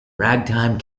ragtime